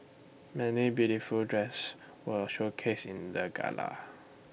many beautiful dresses were showcased in the gala